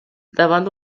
davant